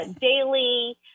daily